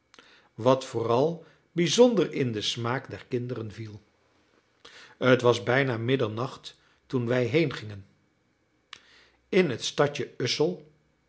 wat vooral bijzonder in den smaak der kinderen viel t was bijna middernacht toen wij heengingen in het stadje ussel